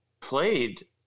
Played